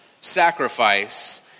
sacrifice